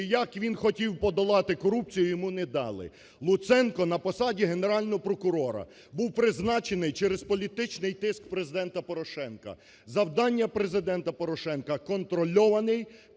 і як він хотів подолати корупцію і йому не дали. Луценко на посаді Генерального прокурора був призначений через політичний тиск Президента Порошенка. Завдання Президента Порошенка – контрольований,